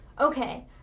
Okay